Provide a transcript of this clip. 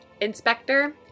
Inspector